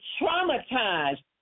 traumatized